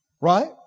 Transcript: right